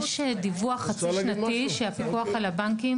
יש דיווח חצי שנתי שהפיקוח על הבנקים